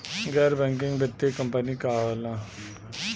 गैर बैकिंग वित्तीय कंपनी का होला?